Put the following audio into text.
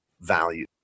value